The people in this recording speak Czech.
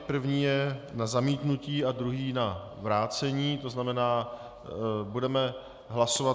První je na zamítnutí a druhý na vrácení, to znamená, budeme hlasovat.